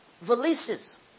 valises